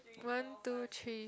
one two three